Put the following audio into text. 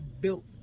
built